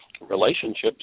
relationships